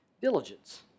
diligence